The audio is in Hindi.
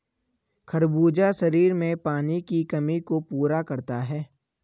खरबूजा शरीर में पानी की कमी को पूरा करता है